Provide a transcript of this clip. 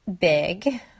big